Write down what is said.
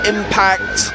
Impact